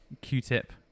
Q-Tip